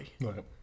Right